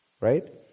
right